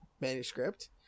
manuscript